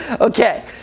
Okay